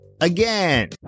Again